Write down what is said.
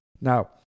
Now